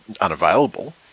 unavailable